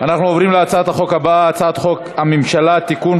עוברים להצעת החוק הבאה: הצעת חוק הממשלה (תיקון,